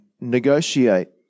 negotiate